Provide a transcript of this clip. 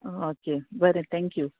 okay बरें thank you